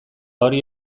hori